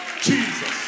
Jesus